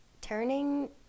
turning